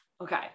Okay